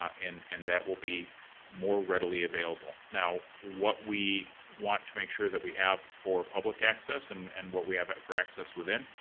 and and that will be more readily available. now, what we want to make sure that we have for public access and and what we have for access within,